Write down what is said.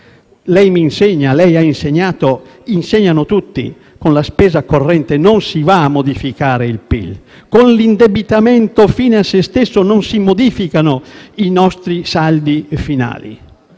Lei mi insegna e ha insegnato, come del resto insegnano tutti, che con la spesa corrente non si va a modificare il PIL. Con l'indebitamento fine a se stesso non si modificano i nostri saldi finali.